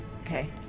Okay